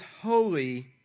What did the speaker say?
holy